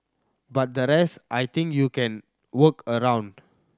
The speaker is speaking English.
but the rest I think you can work around